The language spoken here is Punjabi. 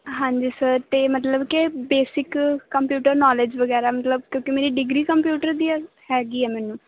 ਹਾਂਜੀ ਸਰ ਅਤੇ ਮਤਲਬ ਕਿ ਬੇਸਿਕ ਕੰਪਿਊਟਰ ਨੋਲੇਜ ਵਗੈਰਾ ਮਤਲਬ ਕਿਉਂਕਿ ਮੇਰੀ ਡਿਗਰੀ ਕੰਪਿਊਟਰ ਦੀ ਹੈ ਹੈਗੀ ਹੈ ਮੈਨੂੰ